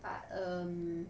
but um